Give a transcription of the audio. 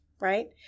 Right